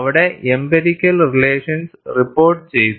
അവിടെ empirical relations report ചെയ്തു